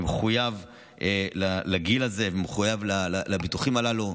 אני מחויב לגיל הזה ומחויב לביטוחים הללו.